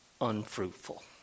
unfruitful